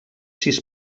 sis